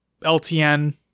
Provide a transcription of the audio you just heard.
LTN